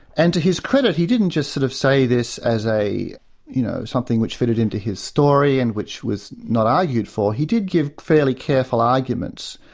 and to his credit, he didn't just sort of say this as you know something which fitted into his story and which was not argued for, he did give fairly careful arguments.